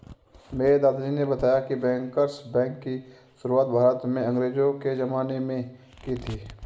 मेरे दादाजी ने बताया की बैंकर्स बैंक की शुरुआत भारत में अंग्रेज़ो के ज़माने में की थी